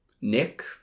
Nick